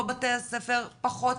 פה בתי הספר פחות,